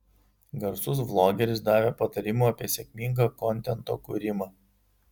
garsus vlogeris davė patarimų apie sėkmingą kontento kūrimą